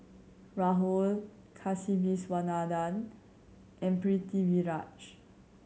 Rahul Kasiviswanathan and Pritiviraj